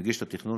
מגיש את התכנון,